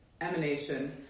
emanation